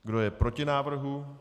Kdo je proti návrhu?